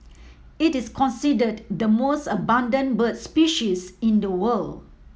it is considered the most abundant bird species in the world